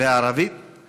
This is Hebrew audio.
אני